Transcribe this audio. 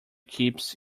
keeps